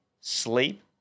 sleep